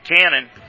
Cannon